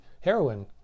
heroin